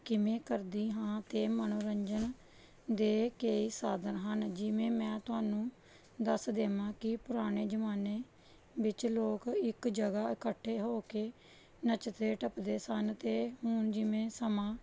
ਕਿਵੇਂ ਕਰਦੀ ਹਾਂ ਅਤੇ ਮਨੋਰੰਜਨ ਦੇ ਕੇ ਕਈ ਸਾਧਨ ਹਨ ਜਿਵੇਂ ਮੈਂ ਤੁਹਾਨੂੰ ਦੱਸ ਦੇਵਾਂ ਕਿ ਪੁਰਾਣੇ ਜ਼ਮਾਨੇ ਵਿੱਚ ਲੋਕ ਇੱਕ ਜਗ੍ਹਾ ਇਕੱਠੇ ਹੋ ਕੇ ਨੱਚਦੇ ਟੱਪਦੇ ਸਨ ਅਤੇ ਹੁਣ ਜਿਵੇਂ ਸਮਾਂ